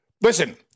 listen